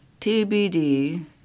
TBD